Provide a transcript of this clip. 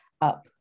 up